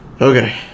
Okay